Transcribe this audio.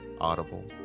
Audible